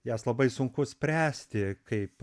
jas labai sunku spręsti kaip